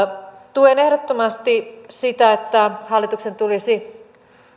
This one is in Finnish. tuen ehdottomasti sitä että hallituksen tulisi